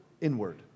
inward